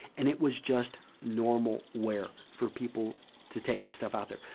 and it was just normal wear for people to take this stuff out there.